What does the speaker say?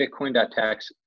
Bitcoin.tax